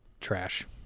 trash